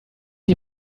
die